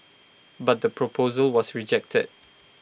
but the proposal was rejected